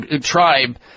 tribe